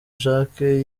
jacques